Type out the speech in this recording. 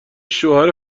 شوهر